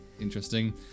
interesting